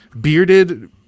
Bearded